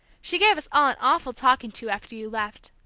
she gave us all an awful talking to, after you left!